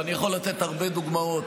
ואני יכול לתת הרבה דוגמאות.